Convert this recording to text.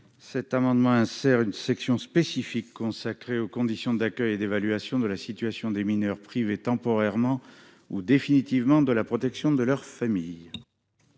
Cet amendement tend à insérer une section spécifique consacrée aux conditions d'accueil et d'évaluation de la situation des mineurs privés temporairement ou définitivement de la protection de leur famille.